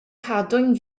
cadwyn